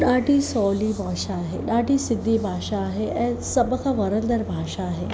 ॾाढी सहुली भाषा आहे ॾाढी सिधी भाषा आहे ऐं सभ खां वणंदड़ भाषा आहे